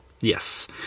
Yes